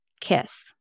KISS